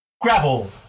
gravel